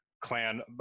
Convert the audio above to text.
clan